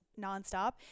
nonstop